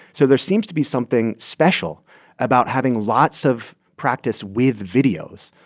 so there seems to be something special about having lots of practice with videos,